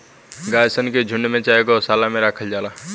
गाय सन के झुण्ड में चाहे गौशाला में राखल जाला